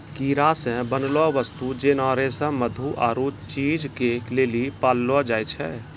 कीड़ा से बनलो वस्तु जेना रेशम मधु आरु चीज के लेली पाललो जाय छै